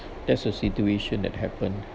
that's a situation that happened